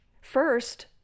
First